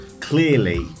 clearly